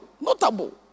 notable